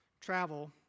travel